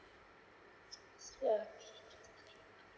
yeah